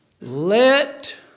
let